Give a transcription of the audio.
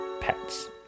pets